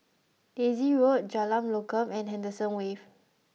Daisy Road Jalan Lokam and Henderson Wave